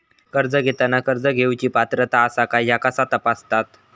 कर्ज घेताना कर्ज घेवची पात्रता आसा काय ह्या कसा तपासतात?